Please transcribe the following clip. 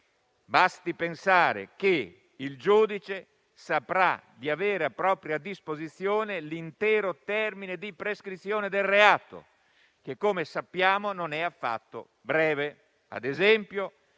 basti pensare che il giudice saprà di avere a propria disposizione l'intero termine di prescrizione del reato che, come sappiamo, non è affatto breve: